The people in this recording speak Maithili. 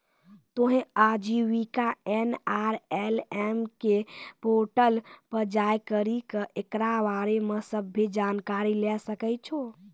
तोहें आजीविका एन.आर.एल.एम के पोर्टल पे जाय करि के एकरा बारे मे सभ्भे जानकारी लै सकै छो